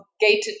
gated